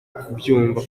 kubyumva